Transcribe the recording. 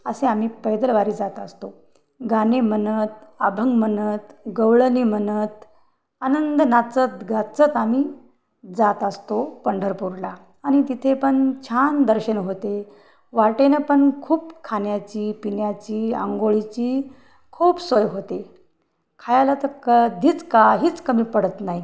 असे आम्ही पैदलवारी जात असतो गाणे म्हणत अभंग म्हणत गवळणी म्हणत आनंद नाचत गाचत आम्ही जात असतो पंढरपूरला आणि तिथे पण छान दर्शन होते वाटेनं पणं खूप खाण्याची पिण्याची अंघोळीची खूप सोय होते खायला तर कधीच काहीच कमी पडत नाही